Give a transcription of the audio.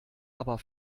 aber